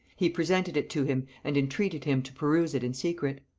he presented it to him and entreated him to peruse it in secret.